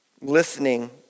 listening